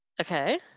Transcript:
Okay